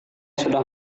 sudah